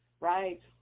right